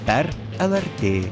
per lrt